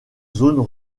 zones